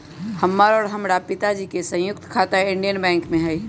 हमर और हमरा पिताजी के संयुक्त खाता इंडियन बैंक में हई